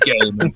game